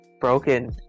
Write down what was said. broken